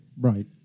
right